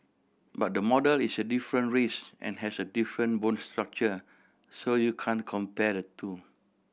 but the model is a different race and has a different bone structure so you can't compare the two